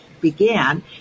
began